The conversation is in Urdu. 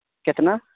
کتنا